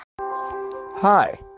Hi